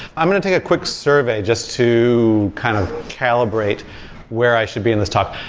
i'm going to take a quick survey just to kind of calibrate where i should be in this talk.